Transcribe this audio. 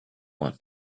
one